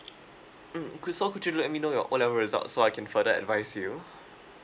mm could so could you let me know your O level result so I can further advise you